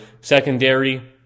secondary